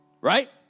Right